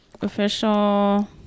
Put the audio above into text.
Official